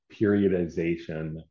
periodization